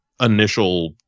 initial